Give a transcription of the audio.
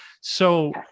So-